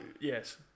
Yes